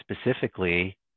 specifically